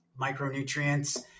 micronutrients